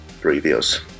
previous